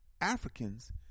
Africans